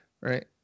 right